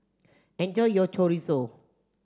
enjoy your chorizo